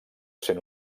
sent